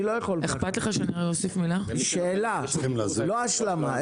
זו שאלה, לא השלמה.